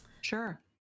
sure